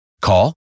Call